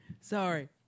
Sorry